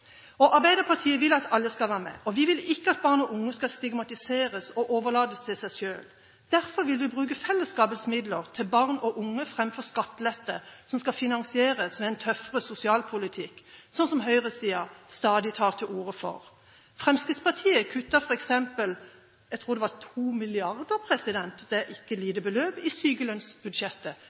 Arbeiderpartiet vil at alle skal være med. Vi vil ikke at barn og unge skal stigmatiseres og overlates til seg selv. Derfor vil vi bruke fellesskapets midler til barn og unge framfor til skattelette som skal finansieres av en tøffere sosialpolitikk – sånn som Høyre stadig tar til orde for. Fremskrittspartiet kutter f.eks. – jeg tror det var 2 mrd. kr, det er ikke et lite beløp – i sykelønnsbudsjettet.